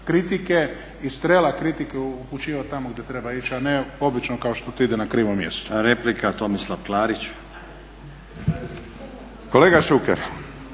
kritike i strijela kritike upućivati tamo gdje treba ići, a ne obično kao što to ide na krivo mjesto.